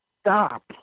stop